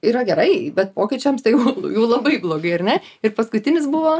yra gerai bet pokyčiams tai jau jau labai blogai ar ne ir paskutinis buvo